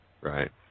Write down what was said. Right